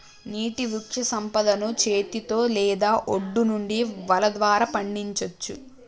నీటి వృక్షసంపదను చేతితో లేదా ఒడ్డు నుండి వల ద్వారా పండించచ్చు